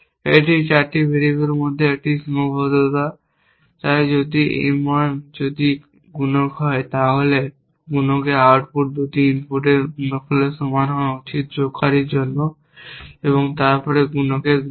এটি 4 ভেরিয়েবলের মধ্যে একটি সীমাবদ্ধতা তাই যদি M 1 যদি গুণক হয় তাহলে গুণকের আউটপুট 2টি ইনপুটের গুণফলের সমান হওয়া উচিত যোগকারীর জন্য তারপর গুণকের গুণক